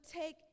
take